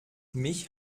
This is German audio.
mich